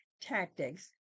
tactics